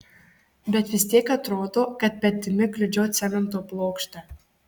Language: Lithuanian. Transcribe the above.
bet vis tiek atrodo kad petimi kliudžiau cemento plokštę